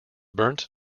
burnt